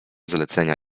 zlecenia